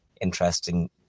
interesting